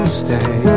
stay